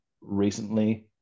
recently